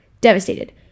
devastated